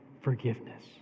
forgiveness